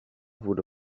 wurde